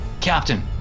Captain